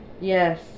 Yes